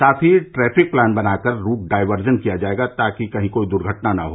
साथ ही traffic plan बनाकर रूट डायवर्जन किया जायेगा ताकि कहीं कोई दुघर्टना न हो